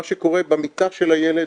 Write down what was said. מה שקורה במיטה של הילד,